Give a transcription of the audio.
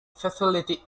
facility